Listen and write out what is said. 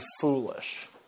foolish